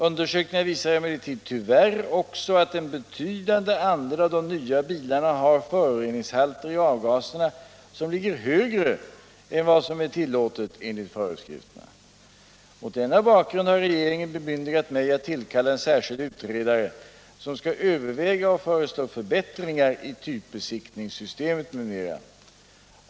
Undersökningarna visar emellertid tyvärr också att en betydande andel av de nya bilarna har föroreningshalter i avgaserna som ligger högre än vad som är tillåtet enligt föreskrifterna. Mot denna bakgrund har regeringen bemyndigat mig att tillkalla en särskild utredare som skall överväga och föreslå förbättringar i typbesiktningssystemet m.m.